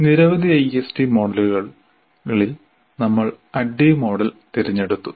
നിരവധി ഐഎസ്ഡി മോഡലുകളിൽ നമ്മൾ ADDIE മോഡൽ തിരഞ്ഞെടുത്തു